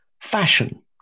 fashion